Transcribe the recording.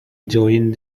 joined